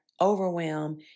overwhelm